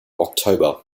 october